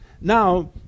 Now